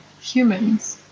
humans